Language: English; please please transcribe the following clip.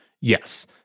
Yes